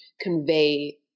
convey